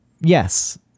yes